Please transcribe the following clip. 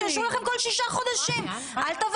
שיאשרו לכם כל שישה חודשים.